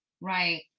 Right